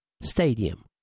Stadium